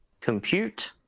compute